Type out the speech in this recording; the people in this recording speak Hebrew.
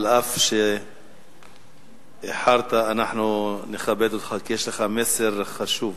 אף שאיחרת, אנחנו נכבד אותך, כי יש לך מסר חשוב.